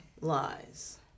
lies